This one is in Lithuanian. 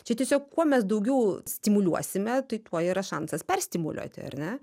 čia tiesiog kuo mes daugiau stimuliuosime tai tuo yra šansas perstimuliuoti ar ne